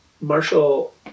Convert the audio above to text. Marshall